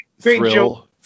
thrill